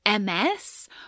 MS